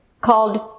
called